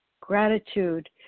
gratitude